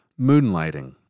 moonlighting